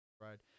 right